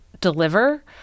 deliver